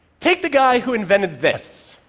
take the guy who invented this.